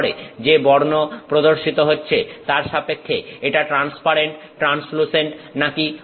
যে বর্ণ প্রদর্শিত হচ্ছে তার সাপেক্ষে এটা ট্রান্সপারেন্ট ট্রান্সলুসেন্ট নাকি ওপেক